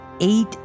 eight